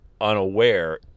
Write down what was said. unaware